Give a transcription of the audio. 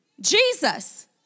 Jesus